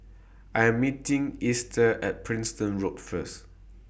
I'm meeting Easter At Preston Road First